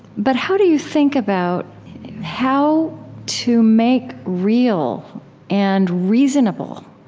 but how do you think about how to make real and reasonable